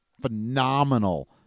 phenomenal